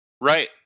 Right